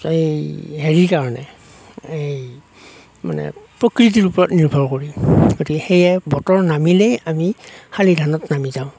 এই হেৰিৰ কাৰণে এই মানে প্ৰকৃতিৰ ওপৰত নিৰ্ভৰ কৰি গতিকে সেয়ে বতৰ নামিলেই আমি শালি ধানত নামি যাওঁ